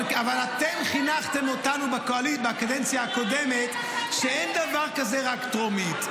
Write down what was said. אבל אתם חינכתם אותנו בקדנציה הקודמת שאין דבר כזה רק טרומית.